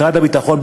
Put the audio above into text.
משרד הביטחון,